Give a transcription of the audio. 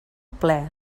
ple